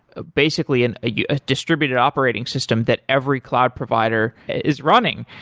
basically and yeah a distributed operating system that every cloud provider is running.